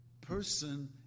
person